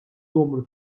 numru